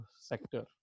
sector